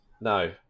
No